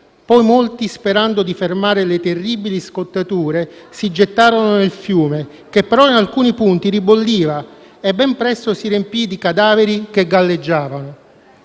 Poi molti, sperando di fermare le terribili scottature, si gettarono nel fiume, che però in alcuni punti ribolliva e ben presto si riempì di cadaveri che galleggiavano.